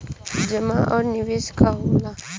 जमा और निवेश का होला?